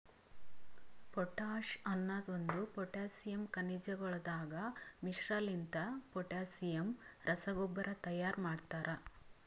potash ಅನದ್ ಒಂದು potassium ಖನಿಜಗೊಳದಾಗ್ ಮಿಶ್ರಣಲಿಂತ ಪೊಟ್ಯಾಸಿಯಮ್ ರಸಗೊಬ್ಬರ ತೈಯಾರ್ ಮಾಡ್ತರ